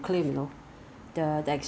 整天 I mean 整天开 air-con